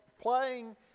playing